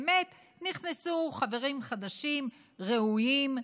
באמת נכנסו חברים חדשים, ראויים.